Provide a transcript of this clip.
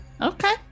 Okay